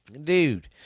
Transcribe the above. Dude